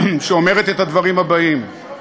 שאומרת את הדברים האלה: